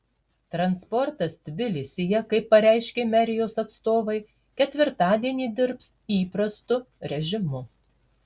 transportas tbilisyje kaip pareiškė merijos atstovai ketvirtadienį dirbs įprastu režimu